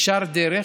ישר דרך,